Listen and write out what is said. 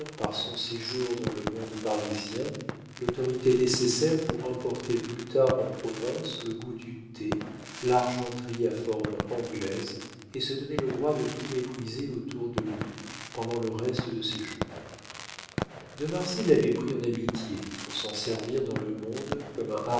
par son séjour dans le monde parisien l'autorité nécessaire pour importer plus tard en province le goût du thé l'argenterie à forme anglaise et se donner le droit de tout mépriser autour de lui pendant le reste de ses jours de marsay l'avait pris en amitié pour s'en servir dans le monde comme un